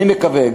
אני מקווה,